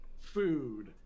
food